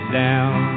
down